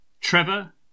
Trevor